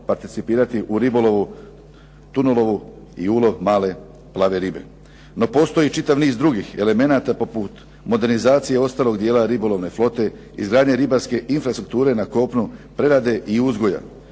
u ribolovu, tunolovu i ulovu male plave ribe. No postoji čitav niz drugih elemenata poput modernizacije ostalog dijela ribolovne flote, izgradnje ribarske infrastrukture na kopnu, prerade i uzgoja